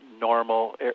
normal